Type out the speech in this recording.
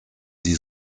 die